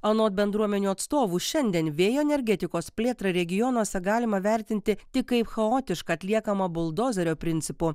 anot bendruomenių atstovų šiandien vėjo energetikos plėtrą regionuose galima vertinti tik kaip chaotišką atliekamą buldozerio principu